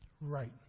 Right